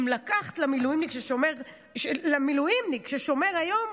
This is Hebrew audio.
אם לקחת למילואימניק ששומר היום,